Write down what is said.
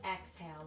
exhale